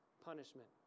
punishment